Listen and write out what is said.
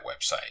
website